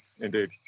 indeed